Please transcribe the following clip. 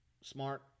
smart